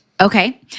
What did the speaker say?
Okay